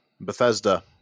Bethesda